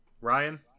Ryan